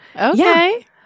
Okay